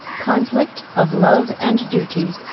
conflict of love and duty.